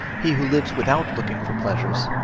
he who lives without looking for pleasures,